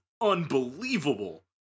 unbelievable